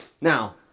Now